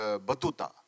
Batuta